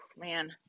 man